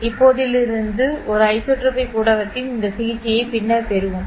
இப்போதிலிருந்து ஒரு ஐசோட்ரோபிக் ஊடகத்தின் இந்த சிகிச்சையை பின்னர் பெறுவோம்